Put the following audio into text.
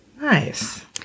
nice